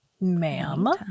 ma'am